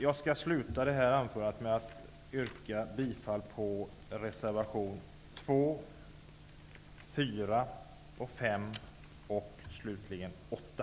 Jag avslutar mitt anförande med att yrka bifall till reservationerna 2, 4, 5 och 8.